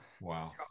wow